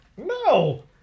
No